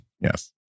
Yes